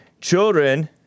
Children